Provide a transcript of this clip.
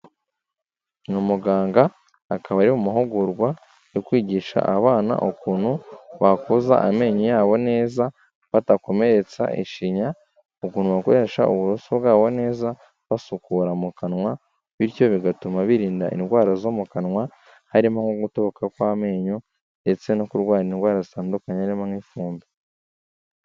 Ni umuganga akaba ari mu mahugurwa yo kwigisha abana ukuntu bakoza amenyo yabo neza badakomeretsa ishinya, ukuntu bakoresha uburoso bwabo neza basukura mu kanwa, bityo bigatuma birinda indwara zo mu kanwa harimo nko gutoboka kw'amenyo ndetse no kurwara indwara zitandukanye harimo nk'ifumbi.